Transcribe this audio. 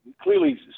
clearly